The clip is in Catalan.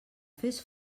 fes